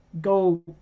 Go